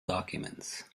documents